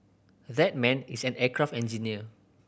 that man is an aircraft engineer